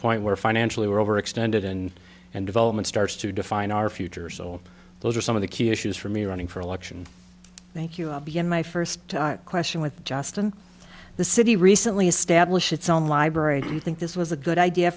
point where financially we're overextended and and development starts to define our future so those are some of the key issues for me running for election thank you i'll begin my first question with justin the city recently established its own library do you think this was a good idea